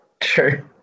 True